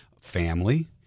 family